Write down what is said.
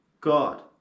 God